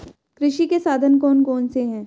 कृषि के साधन कौन कौन से हैं?